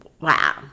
wow